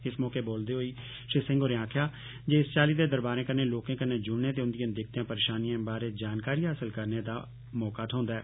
इस मौके बोलदे होई श्री सिंह होरें आक्खेआ जे इस चाल्ली दे दरबारें कन्नै लोकें कन्नै जुड़ने ते उन्दियें दिक्कतें परेशानियें बारे जानकारी हासल करने दा मौका थ्होंदा ऐ